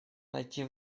найти